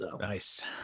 Nice